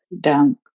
down